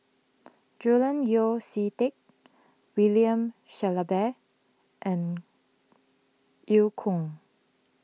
Julian Yeo See Teck William Shellabear and Eu Kong